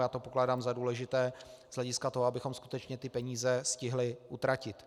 Já to pokládám za důležité z hlediska toho, abychom skutečně ty peníze stihli utratit.